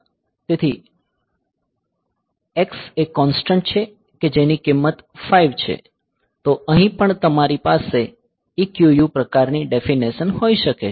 તેથી x એ constant છે કે જેની કિંમત 5 છે તો અહીં પણ મારી પાસે આ EQU પ્રકારની ડેફીનેશન હોઈ શકે છે